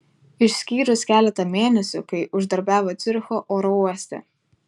išskyrus keletą mėnesių kai uždarbiavo ciuricho oro uoste